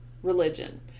religion